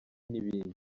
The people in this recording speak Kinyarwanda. n’ibindi